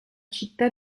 città